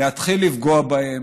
ויתחיל לפגוע בהם.